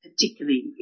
particularly